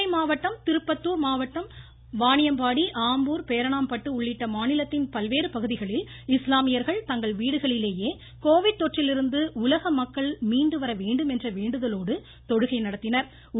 நெல்லை மாவட்டம் திருப்பத்தூர் மாவட்டம் வாணியம்பாடி ஆம்பூர் பேரணாம்பட்டு உள்ளிட்ட மாநிலத்தின் பல்வேறு பகுதிகளில் இஸ்லாமியர்கள் தங்கள் வீடுகளிலேயே கோவிட் தொற்றிலிருந்து உலகமக்கள் மீண்டு வரவேண்டுமென்ற வேண்டுதலோடு தொழுகை நடத்தினா்